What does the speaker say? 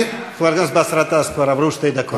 חבר הכנסת באסל גטאס, כבר עברו שתי דקות.